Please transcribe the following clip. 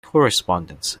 correspondence